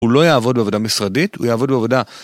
הוא לא יעבוד בעבודה משרדית, הוא יעבוד בעבודה...